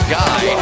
guy